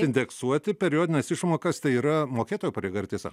indeksuoti periodines išmokas tai yra mokėtojo pareiga ar tiesa